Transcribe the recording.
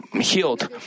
healed